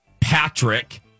Patrick